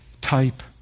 type